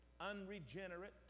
unregenerate